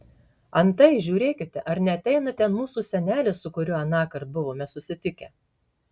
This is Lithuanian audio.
antai žiūrėkite ar neateina ten mūsų senelis su kuriuo anąkart buvome susitikę